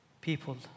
people